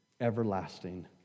Everlasting